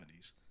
70s